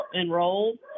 enrolled